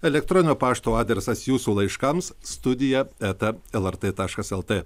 elektroninio pašto adresas jūsų laiškams studija eta lrt taškas lt